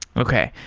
okay.